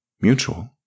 Mutual